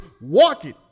walking